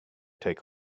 take